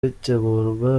bitegurwa